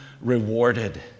rewarded